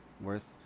worth